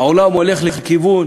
העולם הולך לכיוון